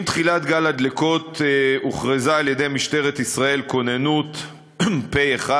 עם תחילת גל הדלקות הוכרזה על-ידי משטרת ישראל כוננות פ'/1,